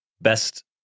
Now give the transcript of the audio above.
best